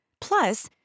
Plus